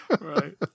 Right